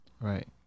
right